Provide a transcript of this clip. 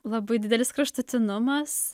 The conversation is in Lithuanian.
labai didelis kraštutinumas